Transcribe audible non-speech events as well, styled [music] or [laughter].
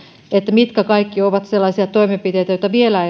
mitkä kaikki ovat sellaisia toimenpiteitä joita vielä [unintelligible]